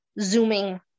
Zooming